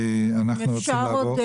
אנחנו רוצים לעבור.